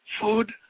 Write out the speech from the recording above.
food